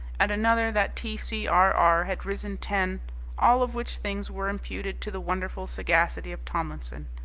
and another that t. c. r. r. had risen ten all of which things were imputed to the wonderful sagacity of tomlinson.